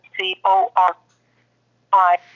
C-O-R-I